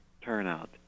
turnout